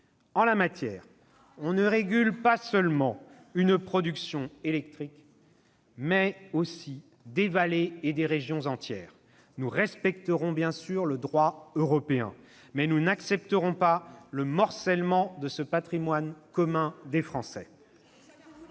En la matière, on ne régule pas seulement une production électrique, mais des vallées et des régions entières. Nous respecterons le droit européen, mais nous n'accepterons pas le morcellement de ce patrimoine commun des Français.